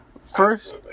First